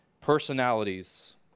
personalities